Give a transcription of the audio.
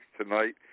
tonight